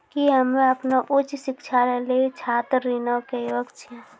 कि हम्मे अपनो उच्च शिक्षा लेली छात्र ऋणो के योग्य छियै?